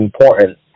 important